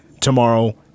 tomorrow